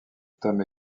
tome